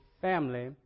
family